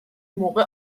موقع